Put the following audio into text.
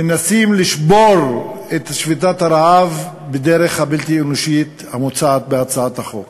מנסים לשבור את שביתת הרעב בדרך הבלתי-אנושית המוצעת בהצעת החוק.